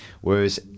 Whereas